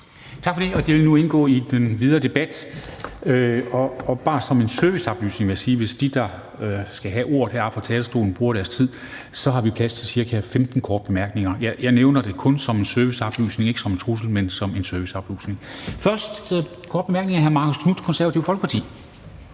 Tak for det. Forslaget til vedtagelse vil nu indgå i den videre debat. Bare som en serviceoplysning vil jeg sige, at hvis de, der skal have ordet heroppe fra talerstolen, bruger deres fulde taletid, så har vi plads til ca. 15 korte bemærkninger. Jeg nævner det kun som en serviceoplysning, ikke som en trussel. Først en kort bemærkning fra hr. Marcus Knuth, Det Konservative Folkeparti.